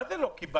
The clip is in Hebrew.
מה זה לא קיבלתם?